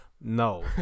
no